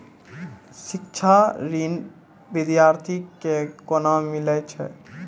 शिक्षा ऋण बिद्यार्थी के कोना मिलै छै?